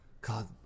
god